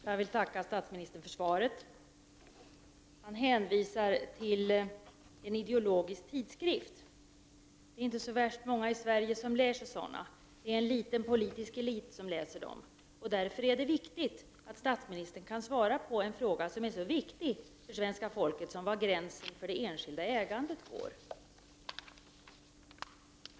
Herr talman! Jag vill tacka statsministern för svaret, där han hänvisar till en ideologisk tidskrift. Det är inte så värst många i Sverige som läser sådana tidskrifter. Det är en liten politisk elit som läser dem. Därför är det angeläget att statsministern kan svara på en fråga som är viktig för svenska folket, nämligen var gränsen för det enskilda ägandet går.